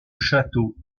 château